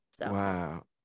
Wow